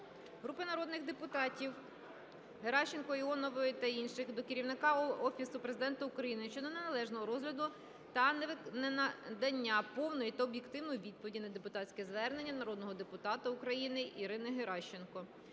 Групи народних депутатів (Геращенко, Іонової та інших) до Керівника Офісу Президента України щодо неналежного розгляду та ненадання повної та об'єктивної відповіді на депутатське звернення народного депутата України Ірини Геращенко.